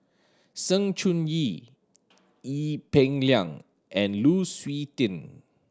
Sng Choon Yee Ee Peng Liang and Lu Suitin